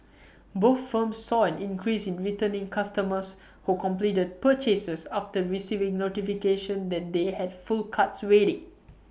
both firms saw an increase in returning customers who completed purchases after receiving notifications that they had full carts waiting